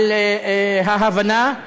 על ההבנה,